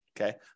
Okay